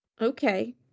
Okay